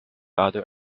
other